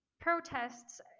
protests